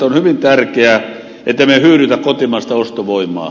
on hyvin tärkeää ettemme hyydytä kotimaista ostovoimaa